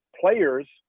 players